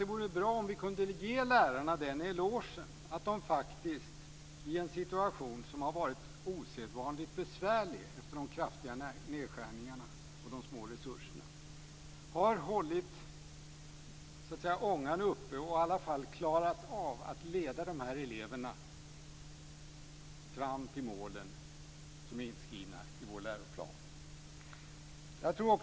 Det vore bra om vi kunde ge lärarna den elogen att de faktiskt, i en osedvanligt besvärlig situation med de kraftiga nedskärningarna och de små resurserna, har hållit ångan uppe och klarat av att leda eleverna fram till målen som är inskrivna i läroplanen.